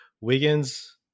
Wiggins